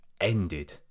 ended